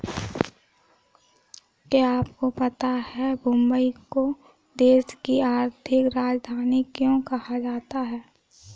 क्या आपको पता है मुंबई को देश की आर्थिक राजधानी क्यों कहा जाता है?